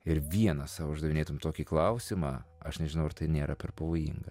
ir vienas sau uždavinėtum tokį klausimą aš nežinau ar tai nėra per pavojinga